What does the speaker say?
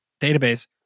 database